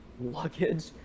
Luggage